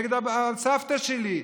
נגד סבתא שלי,